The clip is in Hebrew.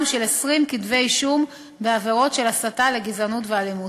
של 20 כתבי-אישום בעבירות של הסתה לגזענות ולאלימות.